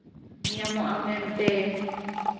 ᱧᱟᱢᱚᱜᱼᱟ ᱢᱮᱱᱛᱮ